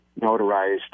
notarized